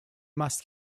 must